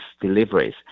deliveries